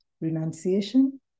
renunciation